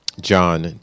John